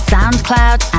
Soundcloud